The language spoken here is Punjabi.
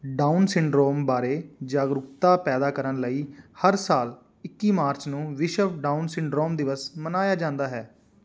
ਡਾਊਨ ਸਿੰਡਰੋਮ ਬਾਰੇ ਜਾਗਰੂਕਤਾ ਪੈਦਾ ਕਰਨ ਲਈ ਹਰ ਸਾਲ ਇੱਕੀ ਮਾਰਚ ਨੂੰ ਵਿਸ਼ਵ ਡਾਊਨ ਸਿੰਡਰੋਮ ਦਿਵਸ ਮਨਾਇਆ ਜਾਂਦਾ ਹੈ